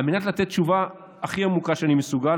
על מנת לתת תשובה הכי עמוקה שאני מסוגל,